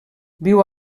viu